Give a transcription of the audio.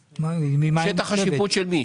שטח השיפוט של מי?